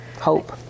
Hope